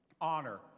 honor